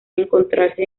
encontrarse